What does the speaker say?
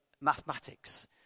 mathematics